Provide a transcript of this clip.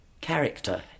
character